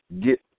get